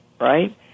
right